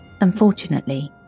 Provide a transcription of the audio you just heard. Unfortunately